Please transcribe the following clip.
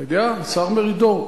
אתה יודע, השר מרידור?